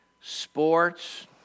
sports